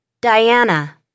Diana